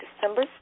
December